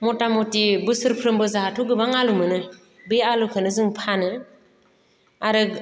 मथा मथि बोसोरफ्रोमबो जोंहाथ' गोबां आलु मोनो बे आलुखौनो जों फानो आरो